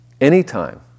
Anytime